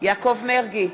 יעקב מרגי,